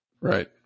Right